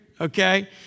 Okay